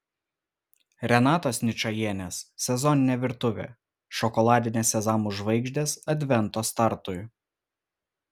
renatos ničajienės sezoninė virtuvė šokoladinės sezamų žvaigždės advento startui